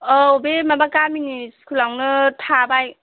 औ बे माबा गामिनि स्कुल आवनो थाबाय